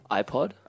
iPod